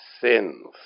sins